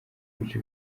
ibice